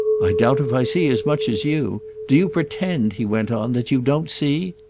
i doubt if i see as much as you. do you pretend, he went on, that you don't see?